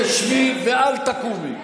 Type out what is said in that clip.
תשבי ואל תקומי.